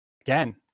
again